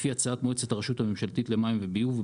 לפי הצעת מועצת הרשות הממשלתית למים וביוב,